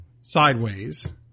sideways